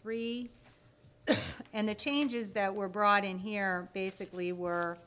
three and the changes that were brought in here basically were